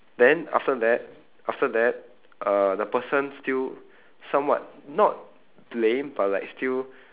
then after that after that uh the person still somewhat not blame but like still